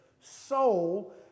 soul